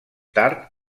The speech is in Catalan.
tard